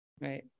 Right